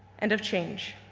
and of change.